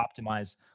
optimize